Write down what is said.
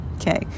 okay